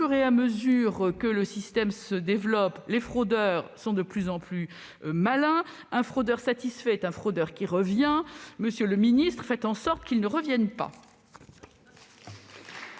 et à mesure que le système se développe, les fraudeurs sont de plus en plus malins. Or un fraudeur satisfait est un fraudeur qui revient ... Monsieur le ministre, faites en sorte qu'ils ne reviennent pas